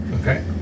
Okay